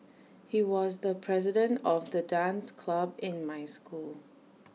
he was the president of the dance club in my school